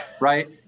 right